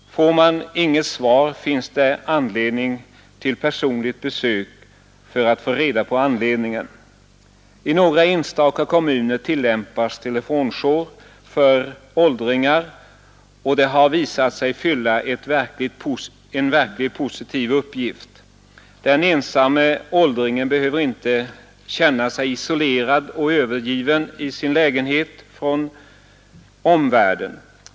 Får man inget svar finns det anledning till personligt besök för att få reda på anledningen. I några enstaka kommuner tillämpas telefonjour för åldringar och den har visat sig fylla en verkligt positiv uppgift. Den ensamme åldringen behöver inte känna sig isolerad och övergiven i sin lägenhet från omvärlden.